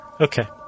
Okay